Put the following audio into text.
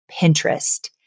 Pinterest